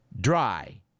Dry